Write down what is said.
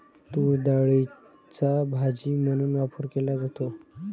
तूरडाळीचा भाजी म्हणून वापर केला जातो